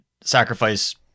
sacrifice